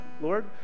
Lord